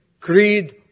Creed